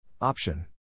Option